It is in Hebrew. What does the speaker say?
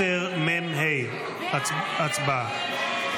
10 מ"ה, הצבעה.